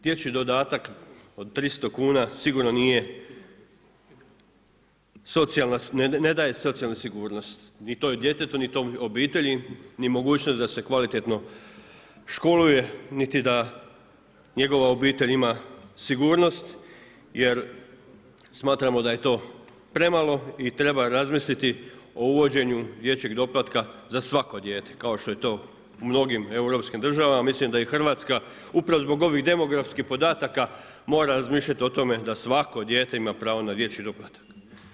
Dječji dodatak od 300 kuna sigurno ne daje socijalnu sigurnost ni tom djetetu ni toj obitelji ni mogućnost da se kvalitetno školuje niti da njegova obitelj ima sigurnost, jer smatramo da je to premalo i treba razmisliti o uvođenju dječjeg doplatka za svako dijete, kao što je to u mnogim Europskim državama, mislim da i Hrvatska, upravo zbog ovih demografskih podataka mora razmišljati o tome da svako dijete ima pravo na dječji doplatak.